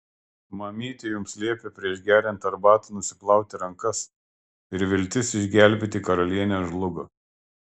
mamytė jums liepė prieš geriant arbatą nusiplauti rankas ir viltis išgelbėti karalienę žlugo